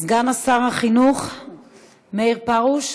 סגן שר החינוך מאיר פרוש.